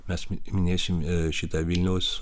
mes minėsime šitą vilniaus